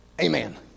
amen